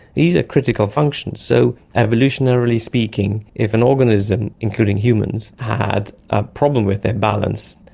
these are critical functions, so evolutionary speaking if an organism, including humans, had a problem with their balance,